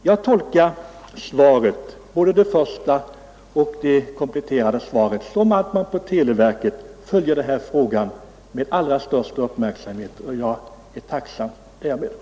Jag tolkar svaret, både det första och det kompletterande svaret, så att man på televerket följer den här frågan med allra största uppmärksamhet, och jag är tacksam för det.